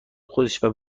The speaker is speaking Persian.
خودشه